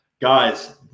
guys